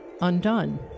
undone